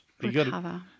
recover